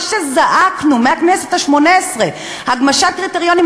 מה שזעקנו מהכנסת השמונה-עשרה: הגמשת קריטריונים,